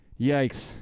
Yikes